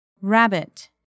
rabbit